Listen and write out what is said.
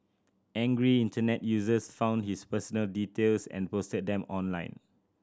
angry Internet users found his personal details and posted them online